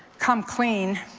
come clean,